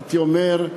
הייתי אומר,